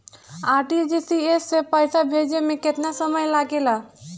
RTGS से पैसा भेजे में केतना समय लगे ला?